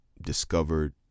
discovered